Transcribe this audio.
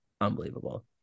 unbelievable